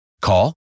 Call